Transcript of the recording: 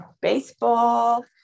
baseball